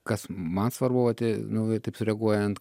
kas man svarbu vat nu va taip sureaguojant